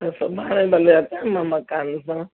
त सुभाणे भले अचां मां मकान ॾिसण